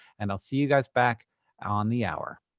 and i'll see you guys back on the hour.